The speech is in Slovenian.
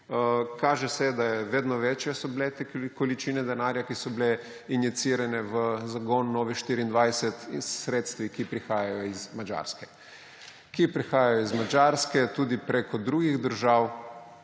Kaže se, da so bile vedno večje te količine denarja, ki je bil injiciran v zagon Nove24 s sredstvi, ki prihajajo iz Madžarske, ki prihajajo iz Madžarske tudi preko drugih držav